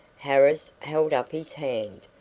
harris held up his hand.